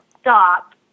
stop